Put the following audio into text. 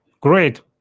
Great